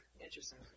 interesting